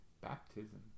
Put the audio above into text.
Baptism